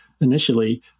initially